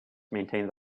maintained